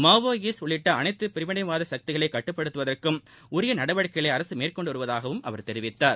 Maoist உள்ளிட்ட அனைத்து பிரிவினைவாத சக்திகளை கட்டுப்படுத்துவதற்கும் உரிய நடவடிக்கைகளை அரசு மேற்கொண்டு வருவதாகவும் தெரிவித்தார்